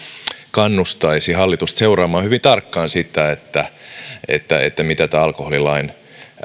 kannustaisi hallitusta seuraamaan hyvin tarkkaan sitä mitä alkoholilain